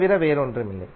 தவிர வேறு ஒன்றும் இல்லை